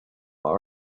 but